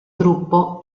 gruppo